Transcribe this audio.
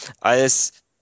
als